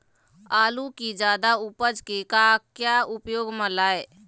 आलू कि जादा उपज के का क्या उपयोग म लाए?